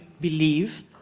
believe